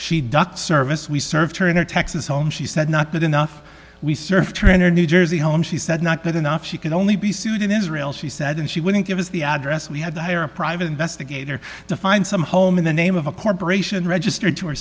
she ducked service we served turner texas home she said not good enough we served her in her new jersey home she said not good enough she could only be sued in israel she said and she wouldn't give us the address we had to hire a private investigator to find some home in the name of a corporation registered to her